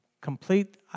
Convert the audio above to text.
complete